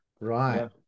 Right